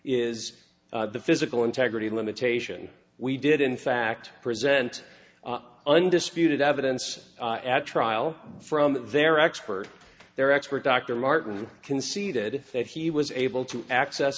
is the physical integrity limitation we did in fact present undisputed evidence at trial from their expert their expert dr martin conceded that he was able to access